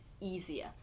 easier